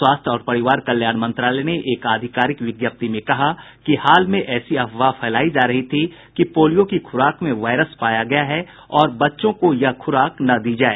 स्वास्थ्य और परिवार कल्याण मंत्रालय ने एक आधिकारिक विज्ञप्ति में कहा कि हाल में ऐसी अफवाह फैलाई जा रही थी कि पोलियो की खुराक में वायरस पाया गया है और बच्चों को यह खुराक न दी जाए